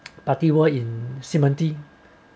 party world in 西门町